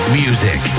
music